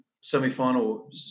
semi-final